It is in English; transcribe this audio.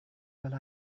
while